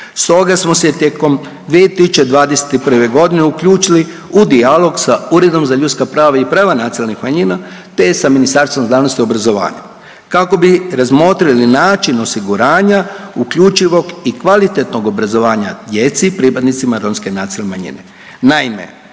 stoga smo se tijekom 2021. uključili u dijalog sa Uredom za ljudska prava i prava nacionalnih manjina te sa Ministarstvom znanosti i obrazovanja kako bi razmotrili način osiguranja uključivog i kvalitetnog obrazovanja djeci pripadnicima romske nacionalne manjine.